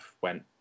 went